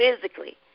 physically